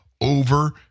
over